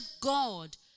God